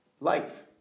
life